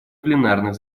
пленарных